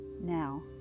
Now